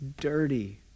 dirty